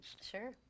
Sure